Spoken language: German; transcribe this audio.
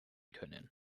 können